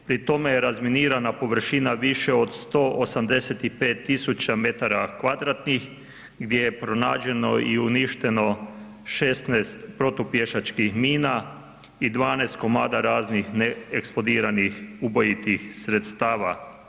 Pri tome je razminirana površina više od 185 tisuća metara kvadratnih, gdje je pronađeno i uništeno 16 protupješačkih mina i 12 komada raznih, neeksplodiranih ubojitih sredstava.